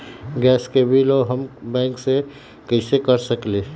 Gas के बिलों हम बैंक से कैसे कर सकली?